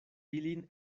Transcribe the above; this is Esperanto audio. ilin